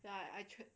ya I tried